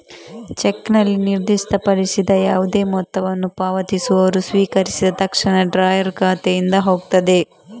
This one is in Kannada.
ಚೆಕ್ನಲ್ಲಿ ನಿರ್ದಿಷ್ಟಪಡಿಸಿದ ಯಾವುದೇ ಮೊತ್ತವನ್ನು ಪಾವತಿಸುವವರು ಸ್ವೀಕರಿಸಿದ ತಕ್ಷಣ ಡ್ರಾಯರ್ ಖಾತೆಯಿಂದ ಹೋಗ್ತದೆ